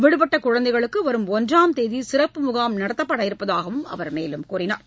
விடுபட்ட குழந்தைகளுக்கு வரும் ஒன்றாம் தேதி சிறப்பு முகாம் நடத்தப்பட இருப்பதாகவும் கூறினார்